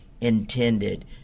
intended